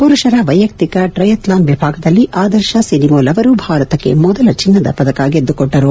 ಮರುಷರ ವೈಯಕ್ತಿಕ ಟ್ರಯಥ್ಲಾನ್ ವಿಭಾಗದಲ್ಲಿ ಆದರ್ಶ ಸಿನಿಮೋಲ್ ಅವರು ಭಾರತಕ್ಕೆ ಮೊದಲ ಚಿನ್ನದ ಪದಕ ಗೆದ್ದುಕೊಟ್ಟರು